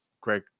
Greg